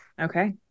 Okay